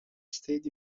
stayed